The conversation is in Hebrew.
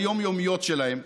היומיומיות שלהם?